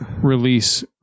release